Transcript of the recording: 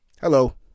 hello